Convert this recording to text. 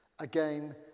again